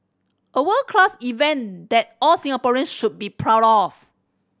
a world class event that all Singaporeans should be proud of